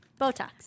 Botox